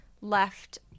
left